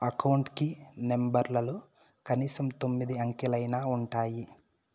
account కి నెంబర్లలో కనీసం తొమ్మిది అంకెలైనా ఉంటాయి